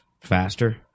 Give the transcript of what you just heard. faster